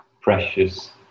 precious